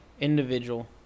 individual